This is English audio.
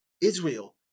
Israel